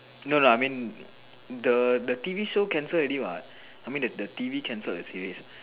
no no no I mean the the T_V show cancel already what I mean the T_V cancelled the series